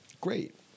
Great